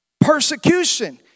Persecution